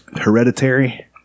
Hereditary